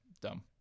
dumb